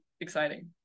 exciting